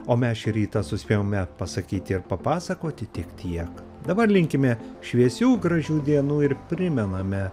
o mes šį rytą suspėjome pasakyti ir papasakoti tik tiek dabar linkime šviesių gražių dienų ir primename